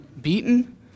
beaten